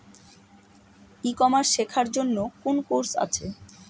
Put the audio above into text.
ই commerce শেক্ষার জন্য কোন কোর্স আছে?